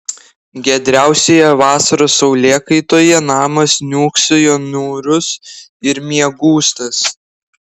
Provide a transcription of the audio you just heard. giedriausioje vasaros saulėkaitoje namas niūksojo niūrus ir miegūstas